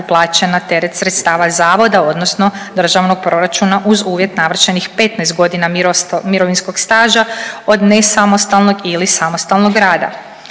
plaće na teret sredstava zavoda odnosno državnog proračuna uz uvjet navršenih 15.g. mirovinskog staža od nesamostalnog ili samostalnog rada.